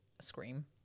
scream